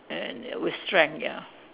and ya with strength ya